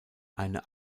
eine